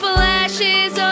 Flashes